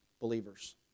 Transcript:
believers